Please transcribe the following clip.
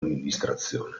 amministrazione